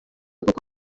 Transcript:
kuko